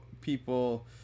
people